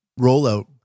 rollout